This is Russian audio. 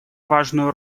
важную